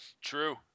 True